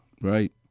Right